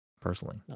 personally